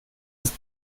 ist